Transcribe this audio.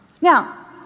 Now